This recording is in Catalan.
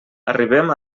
arribem